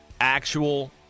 actual